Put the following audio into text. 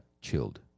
chilled